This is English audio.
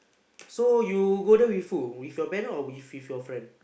so you go there before with your parents or with with your friend